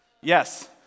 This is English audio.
yes